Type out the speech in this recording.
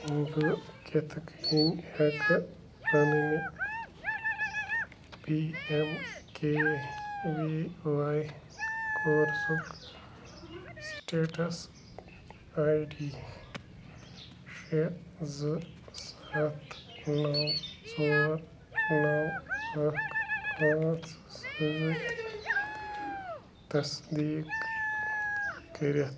بہٕ کِتھ کٔنۍ ہٮ۪کہٕ پنٛنہِ P M K V Y کورسُک سِٹیٚٹس آی ڈی شےٚ زٕ سَتھ نو ژور نو اکھ پانٛژھ سۭتۍ تصدیٖق کٔرِتھ